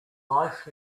life